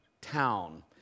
town